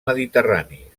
mediterrani